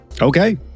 Okay